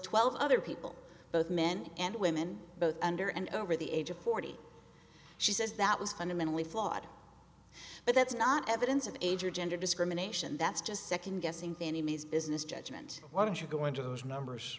twelve other people both men and women both under and over the age of forty she says that was fundamentally flawed but that's not evidence of age or gender discrimination that's just second guessing pinney means business judgment why don't you go into those numbers